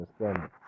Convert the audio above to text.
Understand